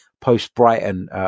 post-Brighton